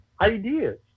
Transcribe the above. ideas